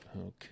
Okay